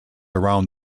around